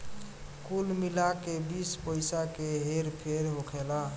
कुल मिला के बीस पइसा के हेर फेर होखेला